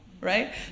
right